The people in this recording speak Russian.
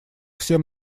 всем